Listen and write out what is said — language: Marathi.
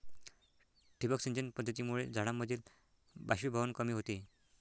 ठिबक सिंचन पद्धतीमुळे झाडांमधील बाष्पीभवन कमी होते